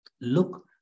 Look